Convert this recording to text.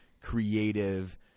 creative